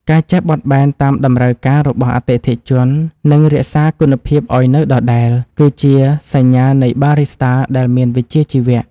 ការចេះបត់បែនតាមតម្រូវការរបស់អតិថិជន និងរក្សាគុណភាពឱ្យនៅដដែល គឺជាសញ្ញានៃបារីស្តាដែលមានវិជ្ជាជីវៈ។